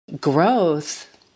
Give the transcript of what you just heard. growth